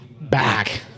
back